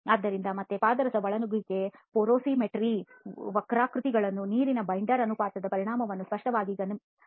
ಆದ್ದರಿಂದ ಮತ್ತೆ ಪಾದರಸದ ಒಳನುಗ್ಗುವಿಕೆ ಪೊರೊಸಿಮೆಟ್ರಿ ವಕ್ರಾಕೃತಿಗಳಲ್ಲಿ ನೀರಿನ ಬೈಂಡರ್ ಅನುಪಾತದ ಪರಿಣಾಮವನ್ನು ಸ್ಪಷ್ಟವಾಗಿ ಗಮನಿಸಬಹುದು